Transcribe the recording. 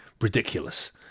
Ridiculous